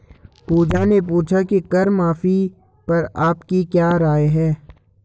पूजा ने पूछा कि कर माफी पर आपकी क्या राय है?